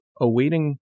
awaiting